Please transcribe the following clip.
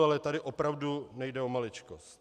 Ale tady opravdu nejde o maličkost.